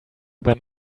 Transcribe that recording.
them